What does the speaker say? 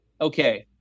okay